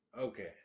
Okay